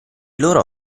loro